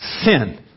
sin